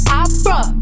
opera